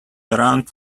around